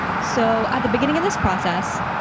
so at the beginning of this process,